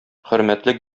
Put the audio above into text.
хөрмәтле